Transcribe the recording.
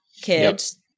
kids